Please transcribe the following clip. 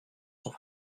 sont